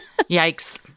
Yikes